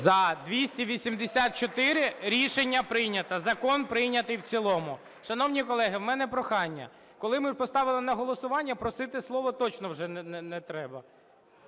За-284 Рішення прийнято. Закон прийнятий в цілому. Шановні колеги, у мене прохання: коли ми поставили на голосування, просити слово точно вже не треба.